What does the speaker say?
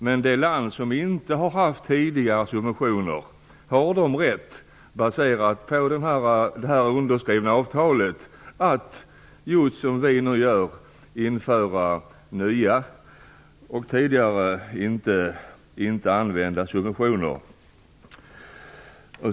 Men har det land som tidigare inte har haft subventioner rätt, enligt det underskrivna avtalet, att - som vi nu gör - införa nya och tidigare inte använda subventioner?